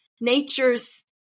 nature's